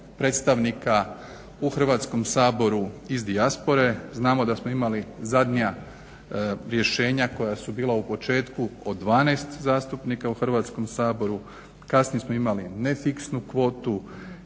predstavnika u Hrvatskom saboru iz dijaspore. Znamo da smo imali zadnja rješenja koja su bila u početku od 12 zastupnika u Hrvatskom saboru, kasnije smo imali nefiksnu kvotu,